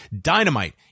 dynamite